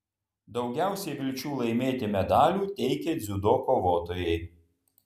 daugiausiai vilčių laimėti medalių teikė dziudo kovotojai